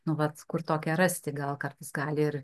nu vat kur tokią rasti gal kartais gali ir